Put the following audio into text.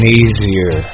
easier